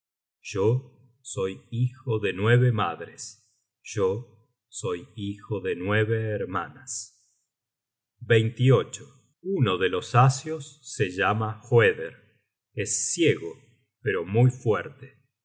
yo soy hijo de nueve madres yo soy hijo de nueve hermanas uno de los asios se llama hoeder es ciego pero muy fuerte